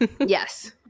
Yes